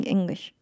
English